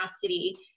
city